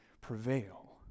prevail